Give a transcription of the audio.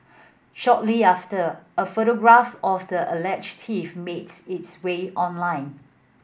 shortly after a photograph of the alleged thief made its way online